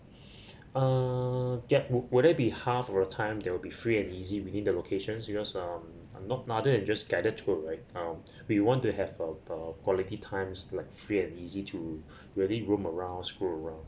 uh yup would would that be half of the time there will be free and easy within the locations because um I'm not rather it just guided tour right um we want to have a a quality time like free and easy to maybe roam around cruise around